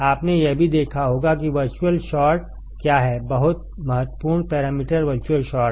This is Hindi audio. आपने यह भी देखा होगा कि वर्चुअल शॉर्ट क्या हैबहुत महत्वपूर्ण पैरामीटर वर्चुअल शॉर्ट